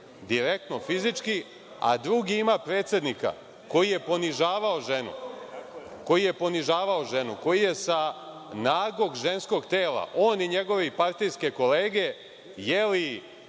direktno, fizički, a drugi ima predsednika koji je ponižavao ženu, koji je sa nagog ženskog tela, on i njegove partijske kolege jeli